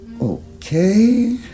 Okay